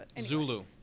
Zulu